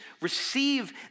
receive